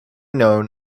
known